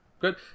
good